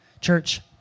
Church